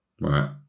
Right